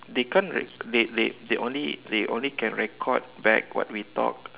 they can't like they they they only they only can record back what we talk